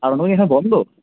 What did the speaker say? আর এখানে বন্ধ